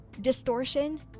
distortion